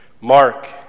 Mark